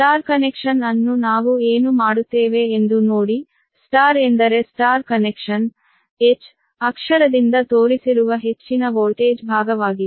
star connection ಅನ್ನು ನಾವು ಏನು ಮಾಡುತ್ತೇವೆ ಎಂದು ನೋಡಿ Y ಎಂದರೆ ಸ್ಟಾರ್ ಕನೆಕ್ಷನ್ H ಅಕ್ಷರದಿಂದ ತೋರಿಸಿರುವ ಹೆಚ್ಚಿನ ವೋಲ್ಟೇಜ್ ಭಾಗವಾಗಿದೆ